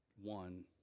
One